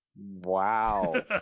Wow